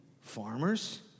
farmers